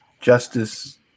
justice